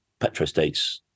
petrostates